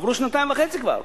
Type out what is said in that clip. עברו שנתיים וחצי כבר.